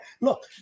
look